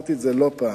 אמרתי את זה לא פעם.